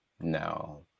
No